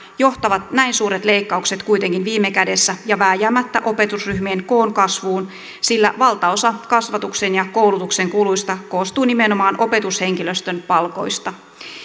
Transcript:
johtavat näin suuret leikkaukset kuitenkin viime kädessä ja vääjäämättä opetusryhmien koon kasvuun sillä valtaosa kasvatuksen ja koulutuksen kuluista koostuu nimenomaan opetushenkilöstön palkoista